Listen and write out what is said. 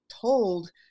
told